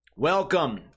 Welcome